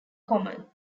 common